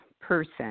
person